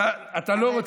אתה לא רוצה,